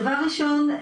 דבר ראשון,